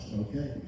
okay